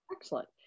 excellent